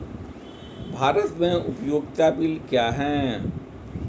भारत में उपयोगिता बिल क्या हैं?